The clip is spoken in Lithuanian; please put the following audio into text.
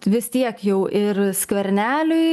vis tiek jau ir skverneliui